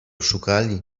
szukali